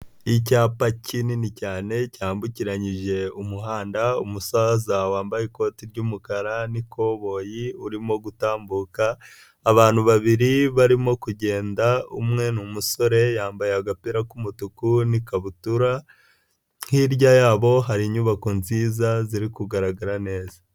Icyapa kinini cyane cyambukiranyije umuhanda, umusaza wambaye ikoti ry'umukara n'ikoboyi urimo gutambuka, abantu babiri barimo kugenda, umwe ni umusore yambaye agapira k'umutuku n'ikabutura, hirya yabo hari inyubako nziza ziri kugaragara neza.